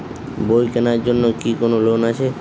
বই কেনার জন্য কি কোন লোন আছে?